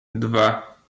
dwa